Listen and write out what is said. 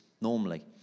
Normally